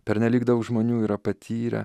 pernelyg daug žmonių yra patyrę